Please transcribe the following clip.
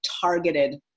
targeted